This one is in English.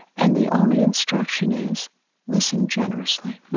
and the only instruction is listen generously